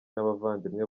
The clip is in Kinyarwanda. n’abavandimwe